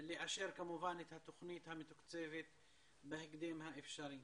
ולאשר כמובן את התוכנית המתוקצבת בהקדם האפשרי.